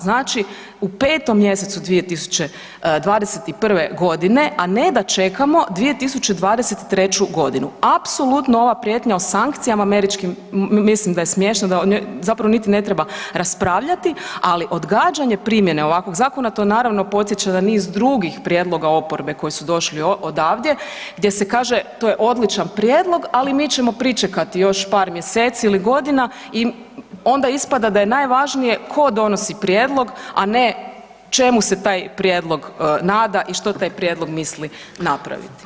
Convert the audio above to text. Znači u petom mjesecu 2021.g., a ne da čekamo 2023.g., apsolutno ova prijetnja o sankcijama američkim mislim da je smiješno da o njoj zapravo ne treba niti raspravljati, ali odgađanje primjene ovakvog zakona to naravno podsjeća na niz drugih prijedloga oporbe koji su došli odavde gdje se kaže to je odličan prijedlog, ali mi ćemo pričekati još par mjeseci ili godina i onda ispada da je najvažnije ko donosi prijedlog, a ne čemu se taj prijedlog nada i što taj prijedlog misli napraviti.